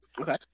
Okay